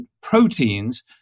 proteins